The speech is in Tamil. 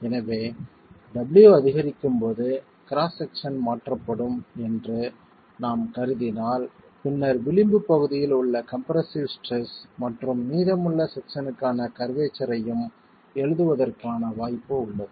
எனவே w அதிகரிக்கும்போது கிராஸ் செக்சன் மாற்றப்படும் என்று நாம் கருதினால் பின்னர் விளிம்புப் பகுதியில் உள்ள கம்ப்ரசிவ் ஸ்ட்ரெஸ் மற்றும் மீதமுள்ள செக்சன்க்கான கர்வேச்சர் ஐயும் எழுதுவதற்கான வாய்ப்பு உள்ளது